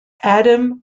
adam